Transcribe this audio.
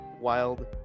wild